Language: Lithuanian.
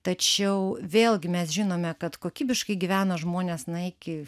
tačiau vėlgi mes žinome kad kokybiškai gyvena žmonės na iki